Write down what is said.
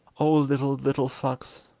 oh, little, little fox,